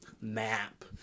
map